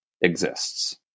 exists